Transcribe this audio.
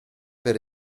per